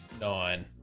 nine